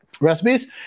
recipes